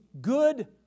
good